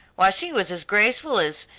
why she was as graceful as,